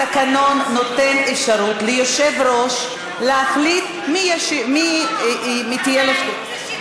התקנון נותן אפשרות ליושב-ראש להחליט למי תהיה זכות.